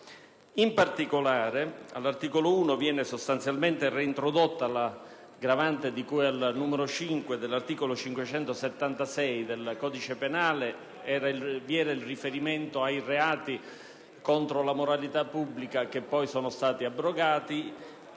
In particolare, all'articolo 1 viene sostanzialmente reintrodotta l'aggravante di cui al numero 5) dell'articolo 576 del codice penale in cui vi era il riferimento ai reati contro la moralità pubblica che poi sono stati abrogati.